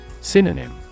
Synonym